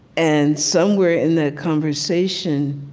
and somewhere in that conversation,